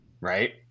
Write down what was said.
right